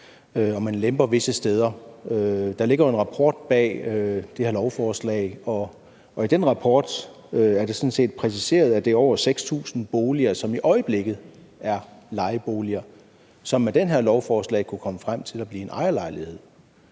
at man lemper visse steder. Der ligger jo en rapport bag det her lovforslag, og i den rapport er det sådan set præciseret, at det er over 6.000 boliger, som i øjeblikket er lejeboliger, og som med det her lovforslag kunne blive til ejerlejligheder.